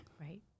Right